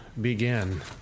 begin